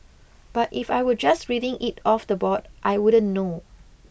but if I were just reading it off the board I wouldn't know